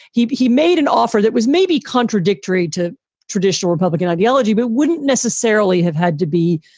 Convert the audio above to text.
he he made an offer that was maybe contradictory to traditional republican ideology, but wouldn't necessarily have had to be,